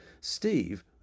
Steve